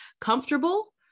comfortable